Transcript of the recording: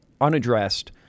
unaddressed